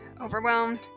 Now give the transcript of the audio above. overwhelmed